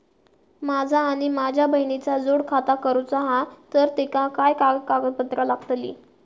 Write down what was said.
माझा आणि माझ्या बहिणीचा जोड खाता करूचा हा तर तेका काय काय कागदपत्र लागतली?